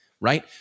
right